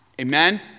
Amen